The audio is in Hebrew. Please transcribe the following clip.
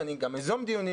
וגם אזום דיונים,